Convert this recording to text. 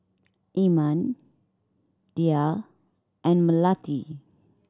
Iman Dhia and Melati